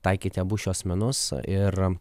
taikyti abu šiuos menus ir